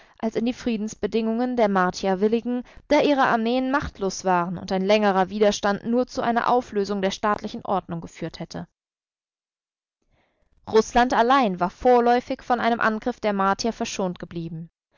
als in die friedensbedingungen der martier willigen da ihre armeen machtlos waren und ein längerer widerstand nur zu einer auflösung der staatlichen ordnung geführt hätte rußland allein war vorläufig von einem angriff der martier verschont geblieben